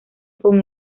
con